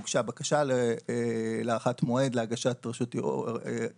הוגשה בקשה להארכת מועד להגשת ערעור,